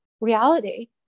reality